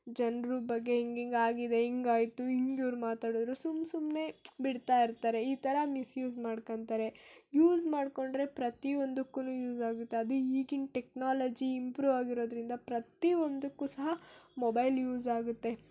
ಜನ್ರ ಬಗ್ಗೆ ಹಿಂಗಿಂಗೆ ಆಗಿದೆ ಹಿಂಗ್ ಆಯಿತು ಹಿಂಗೆ ಇವ್ರು ಮಾತಾಡಿದ್ರು ಸುಮ್ಮ ಸುಮ್ಮನೆ ಬಿಡ್ತಾ ಇರ್ತಾರೆ ಈ ಥರ ಮಿಸ್ಯೂಸ್ ಮಾಡ್ಕೊಂತಾರೆ ಯೂಸ್ ಮಾಡಿಕೊಂಡ್ರೆ ಪ್ರತಿಯೊಂದಕ್ಕೂ ಯೂಸ್ ಆಗುತ್ತೆ ಅದು ಈಗಿನ ಟೆಕ್ನಾಲಜಿ ಇಂಪ್ರೂವ್ ಆಗಿರೋದರಿಂದ ಪ್ರತಿಯೊಂದಕ್ಕೂ ಸಹ ಮೊಬೈಲ್ ಯೂಸ್ ಆಗುತ್ತೆ